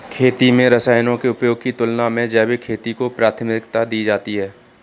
खेती में रसायनों के उपयोग की तुलना में जैविक खेती को प्राथमिकता दी जाती है